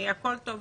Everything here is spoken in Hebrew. הכול טוב ונכון,